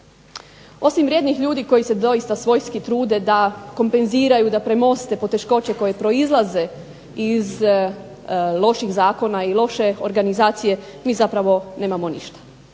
Osim vrijednih ljudi koji se doista svojski trude da kompenziraju, da premoste poteškoće koje proizlaze iz loših zakona i loše organizacije mi zapravo nemamo ništa.